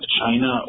china